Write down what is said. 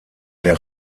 der